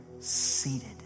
seated